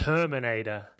Terminator